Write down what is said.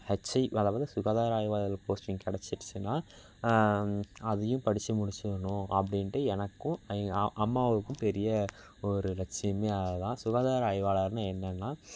HI வேலை பார்த்து சுகாதார ஆய்வாளர் போஸ்டிங் கெடைச்சிடுச்சுன்னா அதையும் படித்து முடித்திடணும் அப்படின்னுட்டு எனக்கும் அம்மாவுக்கும் பெரிய ஒரு லட்சியமே அது தான் சுகாதார ஆய்வாளர்னா என்னென்னா